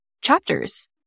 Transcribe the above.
chapters